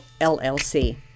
LLC